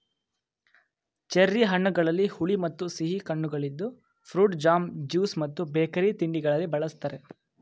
cherry ಹಣ್ಣುಗಳಲ್ಲಿ ಹುಳಿ ಮತ್ತು ಸಿಹಿ ಕಣ್ಣುಗಳಿದ್ದು ಫ್ರೂಟ್ ಜಾಮ್, ಜ್ಯೂಸ್ ಮತ್ತು ಬೇಕರಿ ತಿಂಡಿಗಳಲ್ಲಿ ಬಳ್ಸತ್ತರೆ